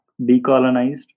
decolonized